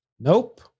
Nope